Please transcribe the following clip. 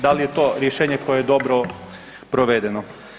Dal je to rješenje koje je dobro provedeno?